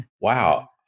wow